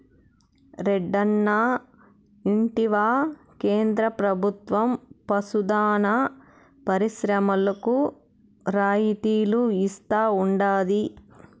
రెడ్డన్నా ఇంటివా కేంద్ర ప్రభుత్వం పశు దాణా పరిశ్రమలకు రాయితీలు ఇస్తా ఉండాది